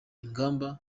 ingamba